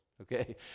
Okay